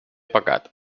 pecat